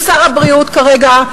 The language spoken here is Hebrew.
הוא שר הבריאות כרגע.